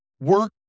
work